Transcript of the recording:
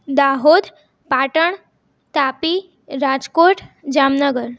Dahod Patan Tapi Rajkot Jamnagar